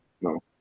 no